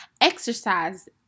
exercise